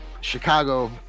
Chicago